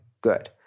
Good